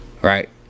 Right